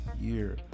year